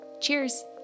Cheers